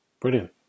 Brilliant